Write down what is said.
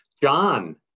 John